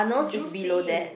is juicy